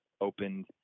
opened